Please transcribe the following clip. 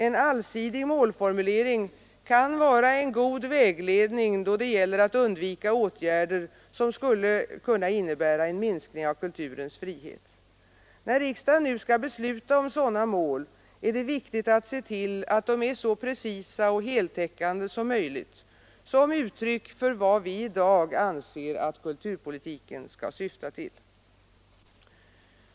En allsidig målformulering kan vara en god vägledning då det gäller att undvika åtgärder som skulle innebära en minskning av kulturens frihet. När riksdagen nu skall besluta om sådana mål är det viktigt att se till att de är så precisa och heltäckande som möjligt, som uttryck för vad vi i dag anser att kulturpolitiken skall syfta till.